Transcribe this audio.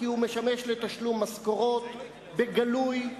כי הוא משמש לתשלום משכורות בגלוי,